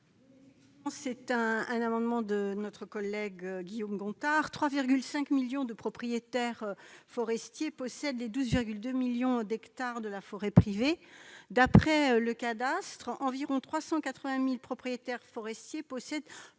est à Mme Laurence Cohen. À l'heure actuelle, quelque 3,5 millions de propriétaires forestiers possèdent les 12,2 millions d'hectares de la forêt privée. D'après le cadastre, environ 380 000 propriétaires forestiers possèdent